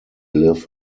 live